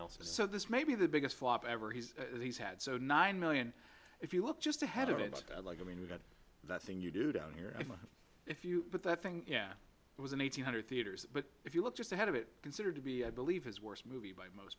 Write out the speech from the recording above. so this may be the biggest flop ever he's he's had so nine million if you look just ahead of it like i mean we got that thing you do down here if you put that thing yeah it was an eight hundred theaters but if you look just ahead of it considered to be i believe his worst movie by most